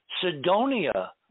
Sidonia